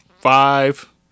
five